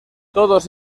todos